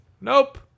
Nope